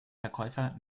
verkäufer